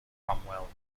cromwell